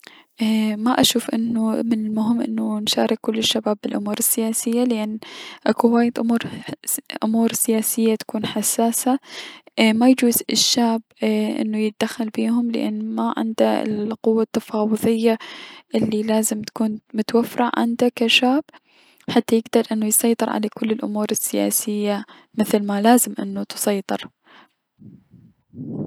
ما اشوف انو من المهم انو نشارك كل الشباب بلأمور السياسية لأن اكو هواية امور س- سياسية تكون حساسة اي- ما يجوز الشاب انو يتدخل بيهم لأن اي ما عنده القوة التفاوضية الي لازم تكون متوفرة عنده كشاب حتى يكدر يسيطر على كل الأمور السياسية مثل ما لازم انو تسيطر.